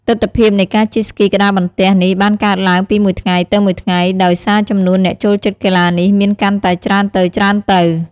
ទិដ្ឋភាពនៃការជិះស្គីក្ដារបន្ទះនេះបានកើនឡើងពីមួយថ្ងៃទៅមួយថ្ងៃ ដោយសារចំនួនអ្នកចូលចិត្តកីឡានេះមានកាន់តែច្រើនទៅៗ។